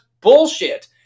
bullshit